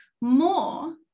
more